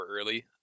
early